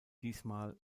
diesmal